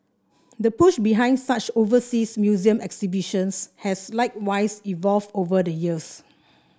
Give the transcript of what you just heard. the push behind such overseas museum exhibitions has likewise evolved over the years